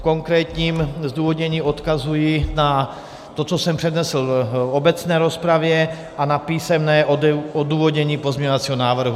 Konkrétní zdůvodnění odkazuji na to, co jsem přednesl v obecné rozpravě, a na písemné odůvodnění pozměňovacího návrhu.